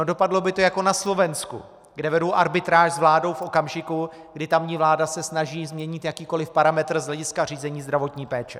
Dopadlo by to jako na Slovensku, kde vedou arbitráž s vládou v okamžiku, kdy tamní vláda se snaží změnit jakýkoli parametr z hlediska řízení zdravotní péče.